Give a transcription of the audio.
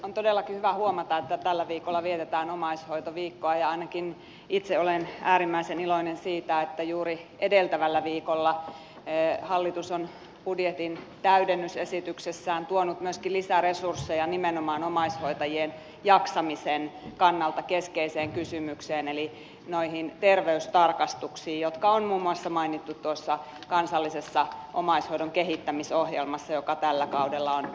on todellakin hyvä huomata että tällä viikolla vietetään omaishoitoviikkoa ja ainakin itse olen äärimmäisen iloinen siitä että juuri edeltävällä viikolla hallitus on budjetin täydennysesityksessään tuonut myöskin lisäresursseja nimenomaan omaishoitajien jaksamisen kannalta keskeiseen kysymykseen eli noihin terveystarkastuksiin jotka on muun muassa mainittu tuossa kansallisessa omaishoidon kehittämisohjelmassa joka tällä kaudella on valmistunut